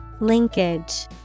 Linkage